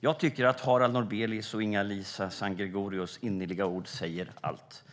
Jag tycker att Harald Norbelies och Inga-Lisa Sangregorios innerliga ord säger allt.